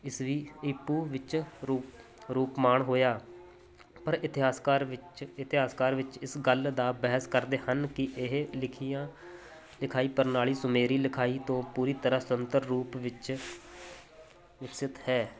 ਈਸਵੀ ਈਪੂ ਵਿੱਚ ਰੂਪ ਰੂਪਮਾਨ ਹੋਇਆ ਪਰ ਇਤਿਹਾਸਕਾਰ ਵਿੱਚ ਇਤਿਹਾਸਕਾਰ ਵਿੱਚ ਇਸ ਗੱਲ ਦਾ ਬਹਿਸ ਕਰਦੇ ਹਨ ਕਿ ਇਹ ਲਿਖੀਆਂ ਲਿਖਾਈ ਪ੍ਰਣਾਲੀ ਸੁਮੇਰੀ ਲਿਖਾਈ ਤੋਂ ਪੂਰੀ ਤਰ੍ਹਾਂ ਸੁਤੰਤਰ ਰੂਪ ਵਿੱਚ ਵਿਕਸਿਤ ਹੈ